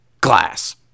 glass